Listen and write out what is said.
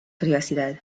privacidad